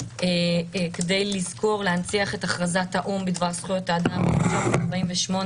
כדי לזכור להנציח את הכרזת האו"ם בדבר זכויות האדם מ-1948,